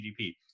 GDP